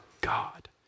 God